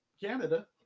canada